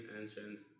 Entrance